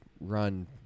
run